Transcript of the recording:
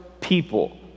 people